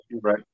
Right